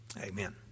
Amen